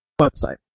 website